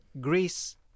Greece